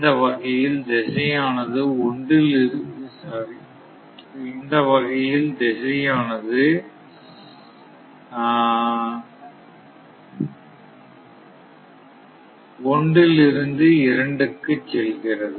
இந்த வகையில் திசையானது ஒன்றிலிருந்து 2 க்கு செல்கிறது